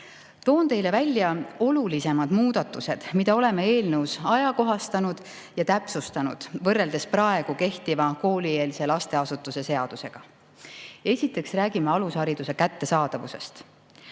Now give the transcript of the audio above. Toon teile välja olulisemad muudatused, mida oleme eelnõus ajakohastanud ja täpsustanud võrreldes praegu kehtiva koolieelse lasteasutuse seadusega. Esiteks räägime alushariduse kättesaadavusest.